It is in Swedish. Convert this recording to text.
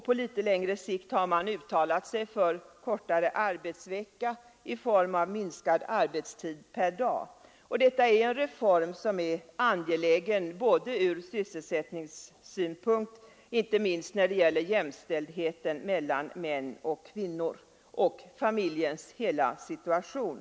På litet längre sikt har man uttalat sig för kortare arbetsvecka i form av minskad arbetstid per dag, och detta är en reform som är angelägen både ur sysselsättningssynpunkt och inte minst när det gäller jämställdheten mellan män och kvinnor och familjens hela situation.